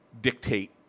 dictate